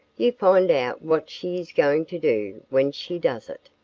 you find out what she is going to do when she does it.